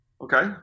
okay